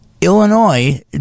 Illinois